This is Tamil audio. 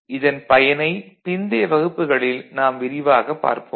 இதன் பயனைப் பிந்தைய வகுப்புகளில் நாம் விரிவாகப் பார்ப்போம்